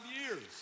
years